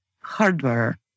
hardware